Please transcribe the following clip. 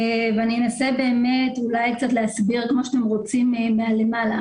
אני אנסה להסביר קצת את מה שאתם רוצים מהלמעלה.